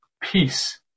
peace